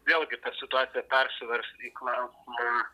vėlgi ta situacija persivers į klausimą